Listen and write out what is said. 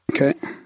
Okay